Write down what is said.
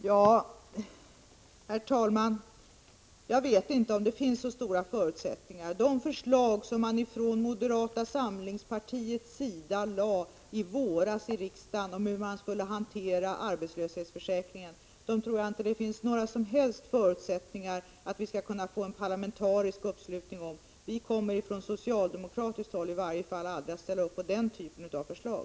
Herr talman! Jag vet inte om det finns särskilt stora förutsättningar i det sammanhanget. När det gäller de förslag som man från moderata samlingspartiet i våras lade fram i riksdagen beträffande sättet att hantera arbetslöshetsförsäkringen vill jag framhålla att jag inte tror att det finns några som helst förutsättningar att uppnå en parlamentarisk uppslutning. Från socialdemokratiskt håll kommer vi i varje fall aldrig att ställa upp på den typen av förslag.